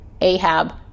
Ahab